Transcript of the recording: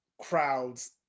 crowds